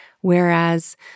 Whereas